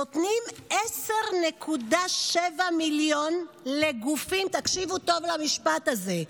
נותנים 10.7 מיליון לגופים, תקשיבו טוב למשפט הזה,